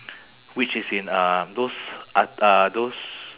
which is in uh those at~ uh those